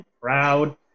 proud